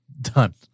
Done